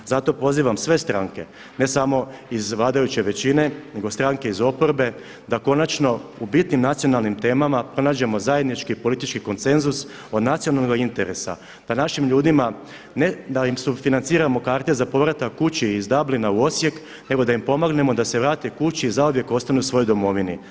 Zato pozivam sve stranke ne samo iz vladajuće većine nego stranke iz oporbe da konačno u bitnim nacionalnim temama pronađemo zajednički politički konsenzus o nacionalnog interesa da našim ljudima ne da im sufinanciramo karte za povratak kući iz Dublina u Osijek, nego da im pomognemo da se vrate kući i zauvijek ostanu u svojoj domovini.